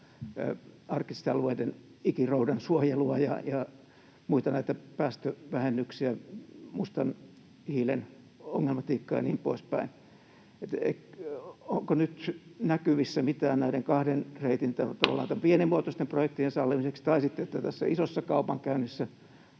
arktisten alueiden ikiroudan suojelua ja muita näitä päästövähennyksiä, mustan hiilen ongelmatiikkaa ja niin poispäin. Onko nyt näkyvissä mitään näiden kahden reitin osalta: tavallaan näiden pienimuotoisten projektien sallimiseksi tai että tässä isossa kaupankäynnissä